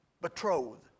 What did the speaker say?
Betrothed